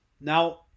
Now